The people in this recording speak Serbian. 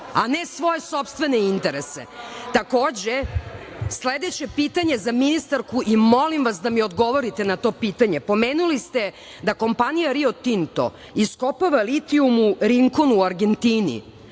a ne svoj sopstvene interese. Takođe, sledeće pitanje za ministarku i molim vas da mi odgovorite na to pitanje. Pomenuli ste da kompanija Rio Tinto iskopava litijum Rinkonu u Argentini.